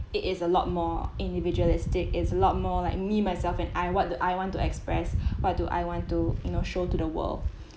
it is a lot more individualistic is a lot more like me myself and I what to I want to express what do I want to you know show to the world